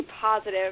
positive